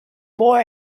boy